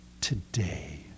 today